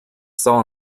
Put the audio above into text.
saw